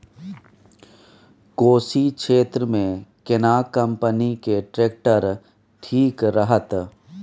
कोशी क्षेत्र मे केना कंपनी के ट्रैक्टर ठीक रहत?